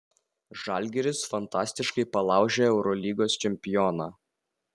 žalgiris fantastiškai palaužė eurolygos čempioną